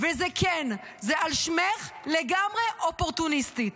וכן, זה על שמך לגמרי, אופורטוניסטית.